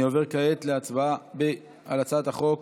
אני עובר כעת להצבעה על הצעת החוק